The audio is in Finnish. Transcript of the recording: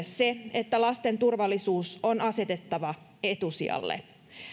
se että lasten turvallisuus on asetettava etusijalle